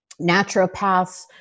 naturopaths